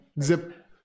zip